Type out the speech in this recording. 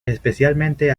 especialmente